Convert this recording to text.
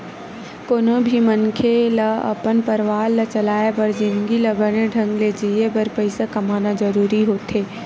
कोनो भी मनखे ल अपन परवार ला चलाय बर जिनगी ल बने ढंग ले जीए बर पइसा कमाना जरूरी होथे